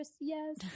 yes